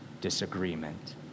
disagreement